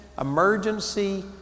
emergency